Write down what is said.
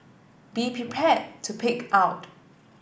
be prepared to pig out